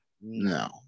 no